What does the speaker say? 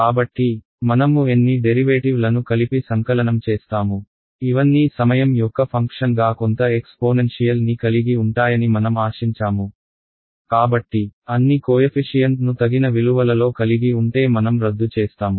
కాబట్టి మనము ఎన్ని డెరివేటివ్ లను కలిపి సంకలనం చేస్తాము ఇవన్నీ సమయం యొక్క ఫంక్షన్ గా కొంత ఎక్స్పోనెన్షియల్ ని కలిగి ఉంటాయని మనం ఆశించాము కాబట్టి అన్ని కోయఫిషియన్ట్ ను తగిన విలువలలో కలిగి ఉంటే మనం రద్దు చేస్తాము